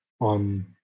on